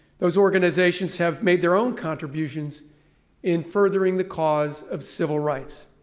those organizations have made their own contributions in furthering the cause of civil rights.